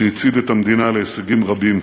שהצעיד את המדינה להישגים רבים.